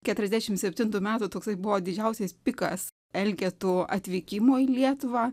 keturiasdešimt septintų metų toksai buvo didžiausias pikas elgetų atvykimo į lietuvą